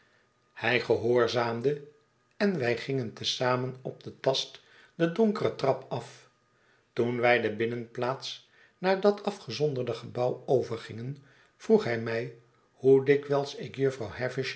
hij gehoorzaamde en wij gingen te zamen op den tast de dohkere trap af toen wij de binnenplaats naar dat afgezonderde gebouw overgingen vroeg hij mij hoe dikwijls ik jufvrouw